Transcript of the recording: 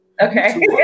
Okay